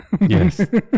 Yes